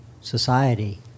society